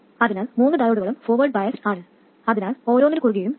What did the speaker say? അതിനാൽ മൂന്ന് ഡയോഡുകളും ഫോർവേഡ് ബയസ്ഡ് ആണ് അതിനാൽ ഓരോന്നിനു കുറുകെയും 0